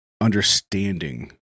understanding